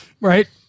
right